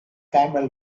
camel